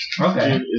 Okay